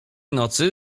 nocy